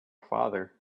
father